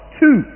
two